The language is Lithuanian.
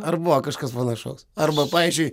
ar buvo kažkas panašaus arba pavyzdžiui